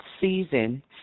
season